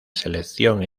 selección